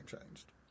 changed